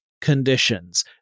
conditions